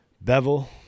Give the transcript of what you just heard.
Bevel